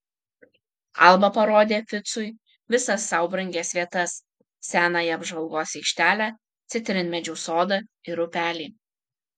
alba parodė ficui visas sau brangias vietas senąją apžvalgos aikštelę citrinmedžių sodą ir upelį